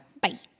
Bye